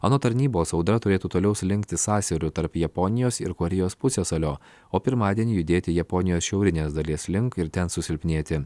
anot tarnybos audra turėtų toliau slinkti sąsiauriu tarp japonijos ir korėjos pusiasalio o pirmadienį judėti japonijos šiaurinės dalies link ir ten susilpnėti